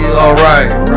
alright